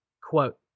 quote